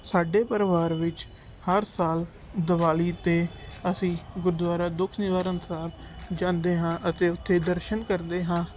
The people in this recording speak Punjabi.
ਸਾਡੇ ਪਰਿਵਾਰ ਵਿੱਚ ਹਰ ਸਾਲ ਦਿਵਾਲੀ 'ਤੇ ਅਸੀਂ ਗੁਰਦੁਆਰਾ ਦੁੱਖ ਨਿਵਾਰਨ ਸਾਹਿਬ ਜਾਂਦੇ ਹਾਂ ਅਤੇ ਉੱਥੇ ਦਰਸ਼ਨ ਕਰਦੇ ਹਾਂ